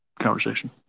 conversation